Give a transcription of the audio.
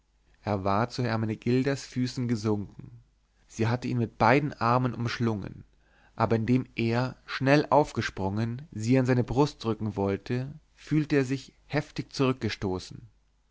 er war zu hermenegildas füßen gesunken sie hatte ihn mit beiden armen umschlungen aber indem er schnell aufgesprungen sie an seine brust drücken wollte fühlte er sich heftig zurückgestoßen